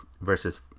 versus